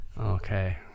Okay